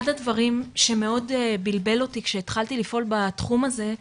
אחד הדברים שמאוד בלבל אותי כשהתחלתי לפעול בתחום הזה,